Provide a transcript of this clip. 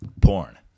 Porn